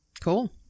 Cool